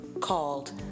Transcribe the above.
called